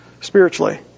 spiritually